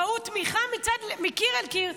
ראו תמיכה מקיר אל קיר,